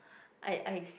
I I